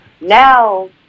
now